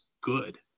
good